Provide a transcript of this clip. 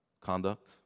conduct